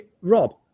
Rob